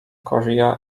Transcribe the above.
korea